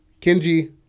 Kenji